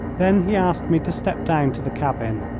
then he asked me to step down to the cabin.